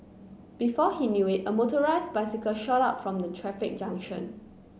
before he knew it a motorised bicycle shot out from the traffic junction